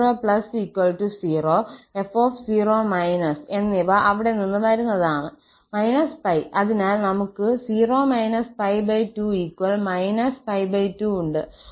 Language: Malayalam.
f00 𝑓 0− എന്നിവ അവിടെ നിന്ന് വരുന്നതാണ് −𝜋 അതിനാൽ നമുക്ക് 0 π2 2 ഉണ്ട്